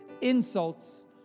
insults